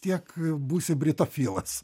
tiek būsi britofilas